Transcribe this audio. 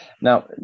now